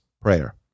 prayer